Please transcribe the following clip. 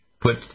put